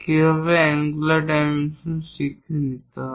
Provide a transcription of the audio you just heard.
কীভাবে angular dimension দিতে হয়